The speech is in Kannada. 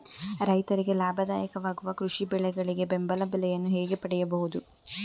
ರೈತರಿಗೆ ಲಾಭದಾಯಕ ವಾಗುವ ಕೃಷಿ ಬೆಳೆಗಳಿಗೆ ಬೆಂಬಲ ಬೆಲೆಯನ್ನು ಹೇಗೆ ಪಡೆಯಬಹುದು?